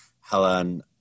Helen